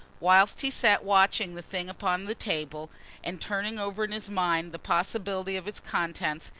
whilst he sat watching the thing upon the table and turning over in his mind the possibility of its contents,